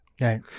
Right